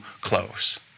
close